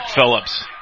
Phillips